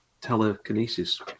telekinesis